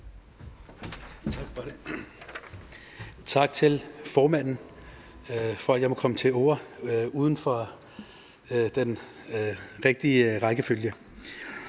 Tak til formanden for, at jeg må komme til orde uden for den rigtige rækkefølge.